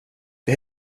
det